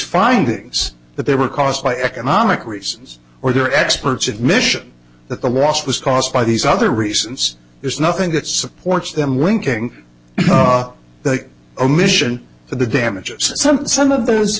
findings that they were caused by economic reasons or they're experts admission that the loss was caused by these other reasons there's nothing that supports them winking the omission of the damages something some of those